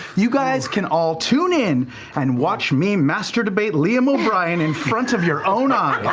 you guys can all tune in and watch me master debate liam o'brien in front of your own eyes.